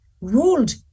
ruled